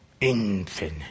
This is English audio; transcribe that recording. Infinite